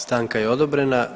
Stanka je odobrena.